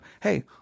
hey